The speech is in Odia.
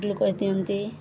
ଗ୍ଲୁକୋଜ୍ ଦିଅନ୍ତି